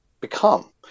become